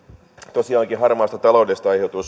tosiaankin harmaasta taloudesta aiheutuu